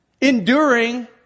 enduring